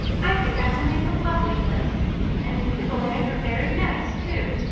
i think avonlea is a lovely place and the people in it are very nice, too.